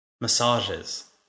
massages